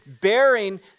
bearing